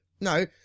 No